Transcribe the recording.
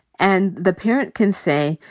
and the parent can say,